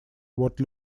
what